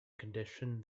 condition